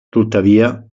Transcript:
tuttavia